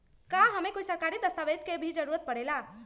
का हमे कोई सरकारी दस्तावेज के भी जरूरत परे ला?